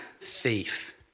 thief